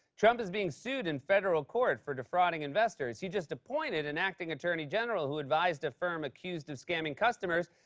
trump is being sued in federal court for defrauding investors. he just appointed an acting attorney general who advised a firm accused of scamming customers.